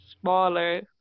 Smaller